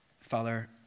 Father